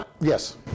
Yes